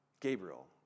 Gabriel